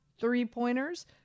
three-pointers